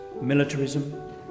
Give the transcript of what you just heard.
militarism